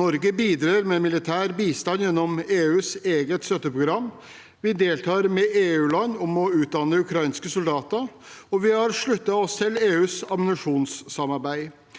Norge bidrar med militær bistand gjennom EUs eget støtteprogram. Vi deltar med EU-land om å utdanne ukrainske soldater, og vi har sluttet oss til EUs ammunisjonssamarbeid.